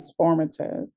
transformative